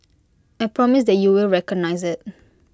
I promise that you will recognise IT